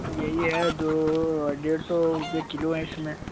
यही है दो डेढ़ सौ रुपये किलो है इस समय